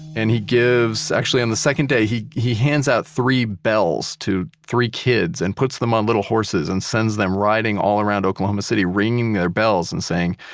and he gives, actually on the second day, he he hands out three bells to three kids and puts them on little horses and sends them riding all around oklahoma city ringing bells and saying,